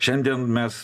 šiandien mes